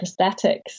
prosthetics